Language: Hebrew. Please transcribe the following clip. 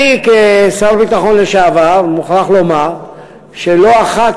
כשר ביטחון לשעבר אני מוכרח לומר שלא אחת